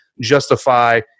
justify